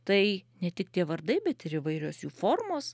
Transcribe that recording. tai ne tik tie vardai bet ir įvairios jų formos